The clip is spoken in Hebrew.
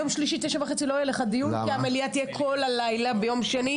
ביום שלישי ב-9:30 לא יהיה דיון כי המליאה תהיה כל הלילה ביום שני,